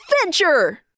adventure